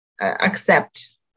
accept